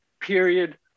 period